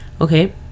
okay